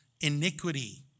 iniquity